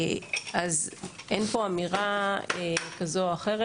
לכן, אז אין פה אמירה כזו או אחרת.